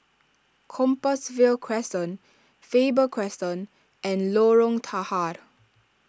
Compassvale Crescent Faber Crescent and Lorong Tahar